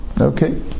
Okay